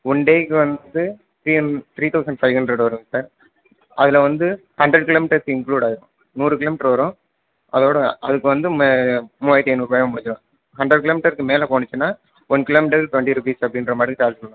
one டேக்கு வந்து three ஹண் த்ரீ தௌசண்ட் ஃபை ஹண்ட்ரட் வருங்க சார் அதில் வந்து ஹண்ட்ரட் கிலோமீட்டர்ஸ் இன்க்ளூட் ஆயிருக்கும் நூறு கிலோமீட்டர் வரும் அதோட அதுக்கு வந்து மே மூவாயிரத்து ஐநூறுவாயோட முடிஞ்சிரும் ஹண்ட்ரட் கிலோமீட்டருக்கு மேலே போனுச்சின்னா ஒன் கிலோமீட்டருக்கு டொண்ட்டி ரூபீஸ் அப்படின்ற மாதிரி சார்ஜ் பண்ணுவோம்